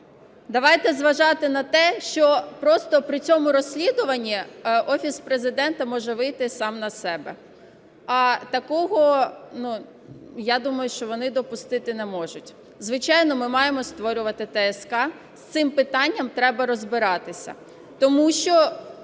Давайте зважати на те, що просто при цьому розслідуванні Офіс Президента може вийти сам на себе. А такого, ну, я думаю, що вони допустити не можуть. Звичайно, ми маємо створювати ТСК, з цим питанням треба розбиратися, тому що